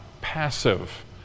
passive